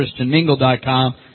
ChristianMingle.com